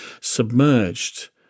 submerged